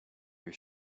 your